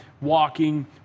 walking